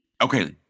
Okay